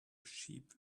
sheep